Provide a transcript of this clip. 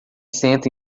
senta